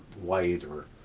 white, or